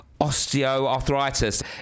osteoarthritis